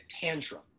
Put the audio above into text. tantrum